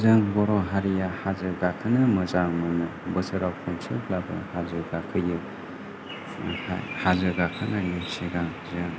जों बर' हारिया हाजो गाखोनो मोजां मोनो बोसोराव खनसेब्लाबो हाजो गाखोयो हाजो गाखोनायनि सिगां जों